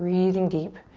breathing deep.